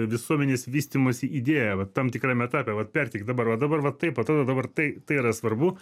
visuomenės vystymosi idėją vat tam tikram etape vat perteikt dabar va dabar va taip atrodo dabar tai tai yra svarbu